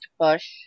push